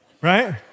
Right